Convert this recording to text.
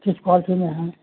किस क्वालटी में है